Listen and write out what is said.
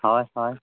ᱦᱚᱭ ᱦᱚᱭ